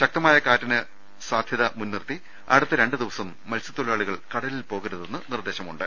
ശക്തമായ കാറ്റിന് സാധ്യതയുള്ളതിനാൽ അടുത്ത രണ്ടു ദിവസം മത്സ്യത്തൊഴിലാളികൾ കടലിൽ പോകരുതെന്ന് നിർദേശമുണ്ട്